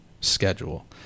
schedule